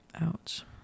Ouch